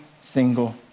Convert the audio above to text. single